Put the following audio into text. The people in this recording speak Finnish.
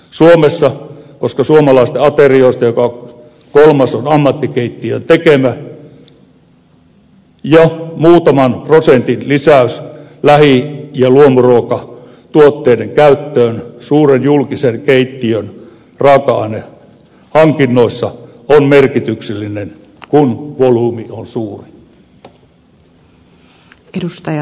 suomessa koska suomalaisista aterioista joka kolmas on ammattikeittiön tekemä jo muutaman prosentin lisäys lähi ja luomuruokatuotteiden käyttöön suuren julkisen keittiön raaka ainehankinnoissa on merkityksellinen kun volyymi on suuri